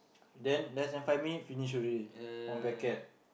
then less than five minutes finish already one packet